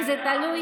וזה תלוי